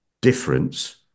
difference